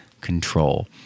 control